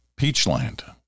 Peachland